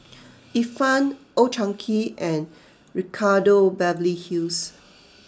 Ifan Old Chang Kee and Ricardo Beverly Hills